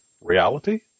reality